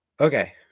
Okay